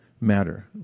matter